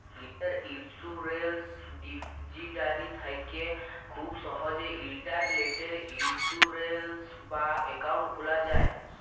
লীজের insurance depository থ্যাকে খুব সহজেই ইলটারলেটে ইলসুরেলস বা একাউল্ট খুলা যায়